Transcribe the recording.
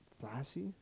Flashy